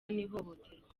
n’ihohoterwa